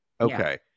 Okay